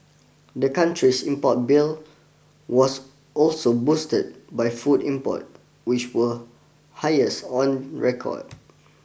the country's import bill was also boosted by food import which were highest on record